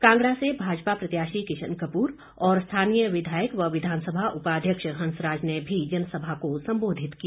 कांगड़ा से भाजपा प्रत्याशी किशन कपूर और स्थानीय विधायक व विधानसभा उपाध्यक्ष हंसराज ने भी जनसभा को संबोधित किया